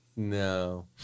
No